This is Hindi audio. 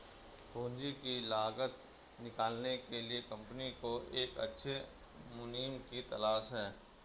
पूंजी की लागत निकालने के लिए कंपनी को एक अच्छे मुनीम की तलाश है